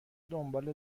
دنبال